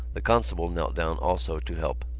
the constable knelt down also to help.